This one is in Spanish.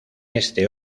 este